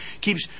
keeps